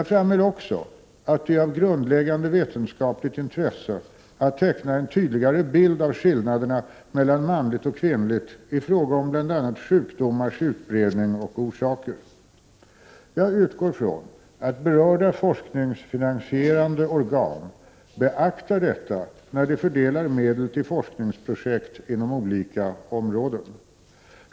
Jag framhöll också att det är av grundläggande 24november 1988 vetenskapligt intresse att teckna en tydligare bild av skillnaderna mellan = JYäöombodftbnma manligt och kvinnligt i fråga om bl.a. sjukdomars utbredning och orsaker. Jag utgår från att berörda forskningsfinansierande organ beaktar detta när de fördelar medel till forskningsprojekt inom olika områden.